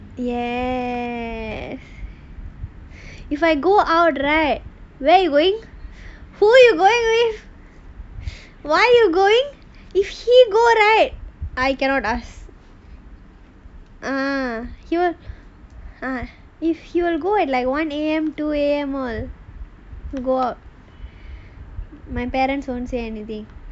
ya if I go out right where you going who you going with why you going if he go right I cannot ask ah if he will go at like one a M two a M all go out my parents won't say anything